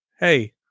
hey